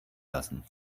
lassen